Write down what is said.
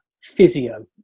physio